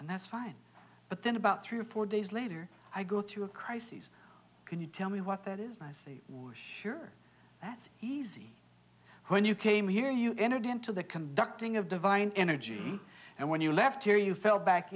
and that's fine but then about three or four days later i go through a crisis can you tell me what that is and i see sure that's easy when you came here you entered into the conducting of divine energy and when you left here you fell back